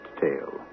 tale